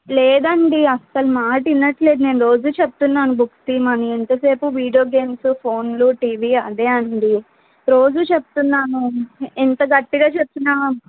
లేదండి అస్సలు మాట వినట్లేదు నేను రోజూ చెప్తున్నాను బుక్స్ తియ్యమని ఎంత సేపూ వీడియో గేమ్స్ ఫోన్లు టీవీ అదే అండి రోజూ చెప్తున్నాను ఎంత గట్టిగా చెప్పినా